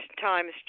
times